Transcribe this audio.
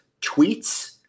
tweets